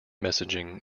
messaging